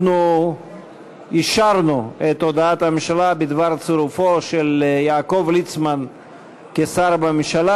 אנחנו אישרנו את הודעת הממשלה בדבר צירופו של יעקב ליצמן כשר לממשלה.